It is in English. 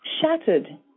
Shattered